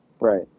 Right